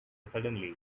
suddenly